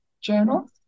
journal